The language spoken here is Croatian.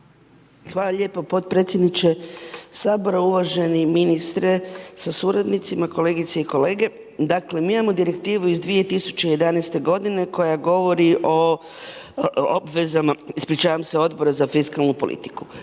Hvala lijepo potpredsjedniče Sabora. Uvaženi ministre sa suradnicima, kolegice i kolege. Dakle, mi imamo Direktivu iz 2011. godine koja govori o obvezama, ispričavam se, Odbora za fiskalnu politiku.